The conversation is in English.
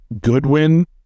Goodwin